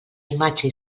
imatge